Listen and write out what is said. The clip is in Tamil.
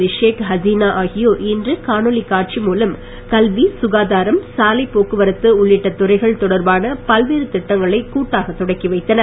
ஸ்ரீஷேக் ஹசீனா ஆகியோர் இன்று காணொலி காட்சி மூலம் கல்வி சுகாதாரம் சாலைப் போக்குவரத்து உள்ளிட்ட துறைகள் தொடர்பான பல்வேறு திட்டங்களை கூட்டாகத் தொடக்கிவைத்தனர்